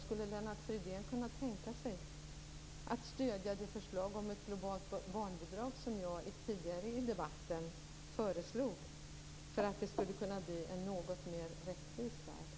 Skulle Lennart Fridén kunna tänka sig att stödja det förslag om ett globalt barnbidrag som jag tidigare i debatten förde fram för att det skulle kunna bli en något mer rättvis värld?